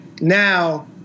now